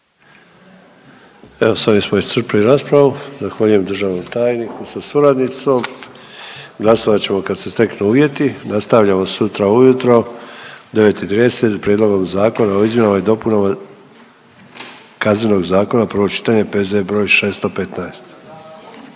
Evo s ovim smo iscrpili raspravu, zahvaljujem državnom tajniku sa suradnicom. Glasovat ćemo kad se steknu uvjeti. Nastavljamo sutra ujutro u 9,30 s Prijedlogom zakona o Izmjenama i dopunama kaznenog zakona, prvo čitanje, P.Z.E. broj 615.